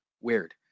weird